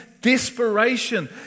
desperation